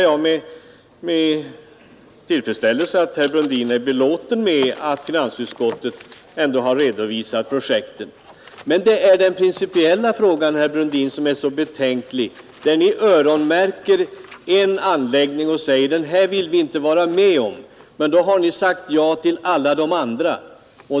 Jag noterar att herr Brundin är belåten med att finansutskottet har redovisat projekten. Det är emellertid den principiella frågan, herr Brundin, som är betänklig. Ni öronmärker en anläggning och säger att den vill ni inte vara med om. Men ändå har ni sagt ja till alla de övriga.